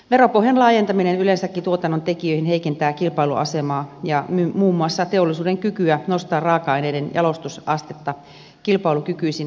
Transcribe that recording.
veropohjan laajentaminen yleensäkin tuotannontekijöihin heikentää kilpailuasemaa ja muun muassa teollisuuden kykyä nostaa raaka aineiden jalostusastetta kilpailukykyisin kustannuksin